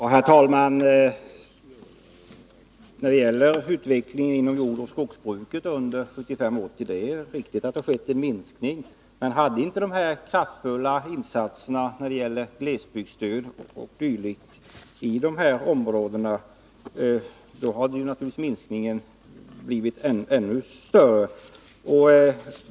Herr talman! Det är riktigt att sysselsättningen minskade inom jordoch skogsbruket under åren 1975-1980. Men hade det inte gjorts kraftfulla insatser i form av glesbygdsstöd o. d. hade minskningen naturligtvis blivit ännu större.